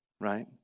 right